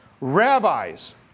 Rabbis